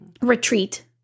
retreat